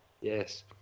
Yes